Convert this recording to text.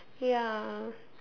ya